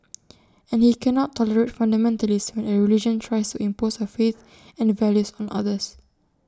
and he cannot tolerate fundamentalists when A religion tries impose A faith and values on others